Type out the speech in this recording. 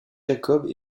jacob